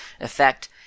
effect